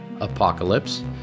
apocalypse